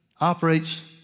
operates